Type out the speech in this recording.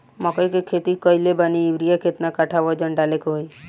मकई के खेती कैले बनी यूरिया केतना कट्ठावजन डाले के होई?